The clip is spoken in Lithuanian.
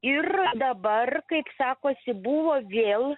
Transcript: ir dabar kaip sakosi buvo vėl